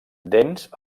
dents